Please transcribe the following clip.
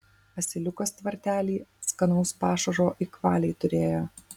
asiliukas tvartely skanaus pašaro ik valiai turėjo